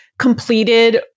Completed